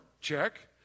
check